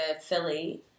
Philly